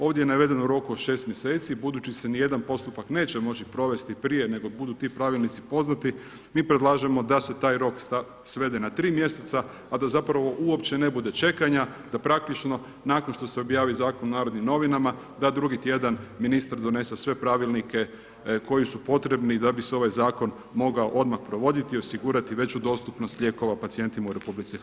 Ovdje je navedeno u roku od 6 mjeseci, budući se nijedan postupak neće moći provesti prije nego budu ti pravilnici poznati, mi predlažemo da se taj rok svede na 3 mjeseca, a da zapravo uopće ne bude čekanja, da praktično nakon što se objavi zakon u NN, da drugi tjedan ministar donese sve pravilnike koji su potrebni da bi se ovaj zakon mogao odmah provoditi i osigurati veću dostupnost lijekova pacijentima u RH.